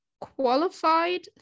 qualified